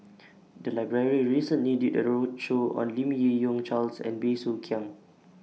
The Library recently did A roadshow on Lim Yi Yong Charles and Bey Soo Khiang